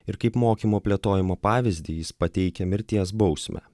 ir kaip mokymo plėtojimo pavyzdį jis pateikia mirties bausmę